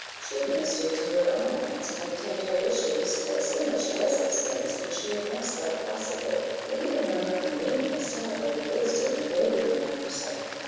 she administered to her own wants, and obtained her wishes at so much less expense than she had once thought possible, that even her own convenience taught her the wisdom of waiting upon herself.